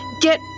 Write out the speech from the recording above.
get